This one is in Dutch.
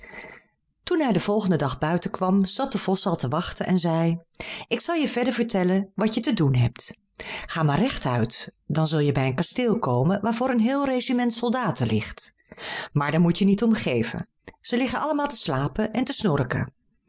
toen hij den volgenden dag buiten kwam zat de vos al te wachten en zei ik zal je verder vertellen wat je te doen hebt ga maar recht uit dan zul je bij een kasteel komen waarvoor een heel regiment soldaten ligt maar daar moet je niet om geven ze liggen allemaal te slapen en te snorken